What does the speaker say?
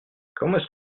comment